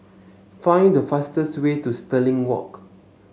find the fastest way to Stirling Walk